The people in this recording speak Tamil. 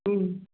ம்